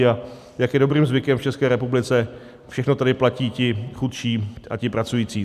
A jak je dobrým zvykem v České republice, všechno tady platí ti chudší a ti pracující.